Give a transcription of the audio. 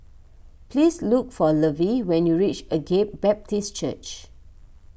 please look for Lovie when you reach Agape Baptist Church